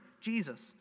Jesus